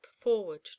forward